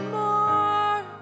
more